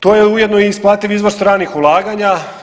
To je ujedno i isplativ izvor stranih ulaganja.